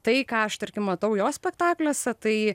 tai ką aš tarkim matau jo spektakliuose tai